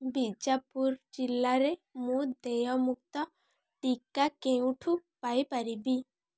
ବିଜାପୁର ଜିଲ୍ଲାରେ ମୁଁ ଦେୟମୁକ୍ତ ଟିକା କେଉଁଠୁ ପାଇ ପାରିବି